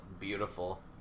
Beautiful